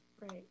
Right